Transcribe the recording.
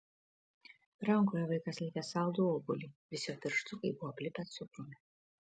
rankoje vaikas laikė saldų obuolį visi jo pirštukai buvo aplipę cukrumi